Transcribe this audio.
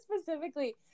specifically